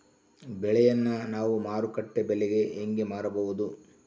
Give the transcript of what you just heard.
ಬೆಳೆಯನ್ನ ನಾವು ಮಾರುಕಟ್ಟೆ ಬೆಲೆಗೆ ಹೆಂಗೆ ಮಾರಬಹುದು?